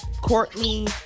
Courtney